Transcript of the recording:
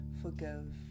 forgive